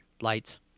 Lights